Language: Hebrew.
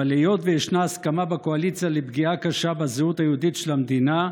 אבל היות שישנה הסכמה בקואליציה לפגיעה קשה בזהות היהודית של המדינה,